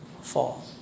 fall